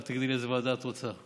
אז תגידי לי איזו ועדת את רוצה.